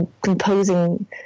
Composing